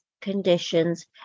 conditions